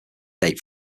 date